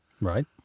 right